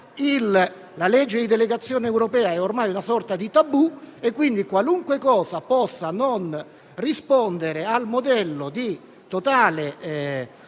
la legge di delegazione europea è ormai una sorta di tabù e quindi qualunque cosa possa non rispondere al modello di totale